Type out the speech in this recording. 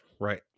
right